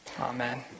Amen